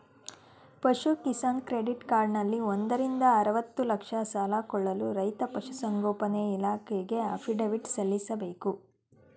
ಪಶು ಕಿಸಾನ್ ಕ್ರೆಡಿಟ್ ಕಾರ್ಡಲ್ಲಿ ಒಂದರಿಂದ ಅರ್ವತ್ತು ಲಕ್ಷ ಸಾಲ ಕೊಳ್ಳಲು ರೈತ ಪಶುಸಂಗೋಪನೆ ಇಲಾಖೆಗೆ ಅಫಿಡವಿಟ್ ಸಲ್ಲಿಸ್ಬೇಕು